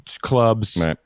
clubs